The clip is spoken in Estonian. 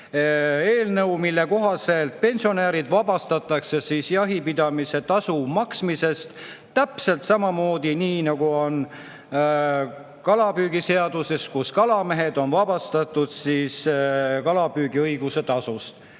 eelnõu, mille kohaselt pensionärid vabastatakse jahipidamis[õiguse] tasu maksmisest – täpselt samamoodi nagu on kalapüügiseaduses, et kalamehed on vabastatud kalapüügiõiguse tasust.